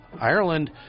Ireland